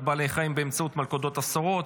בעלי חיים באמצעות מלכודות אסורות,